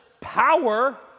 power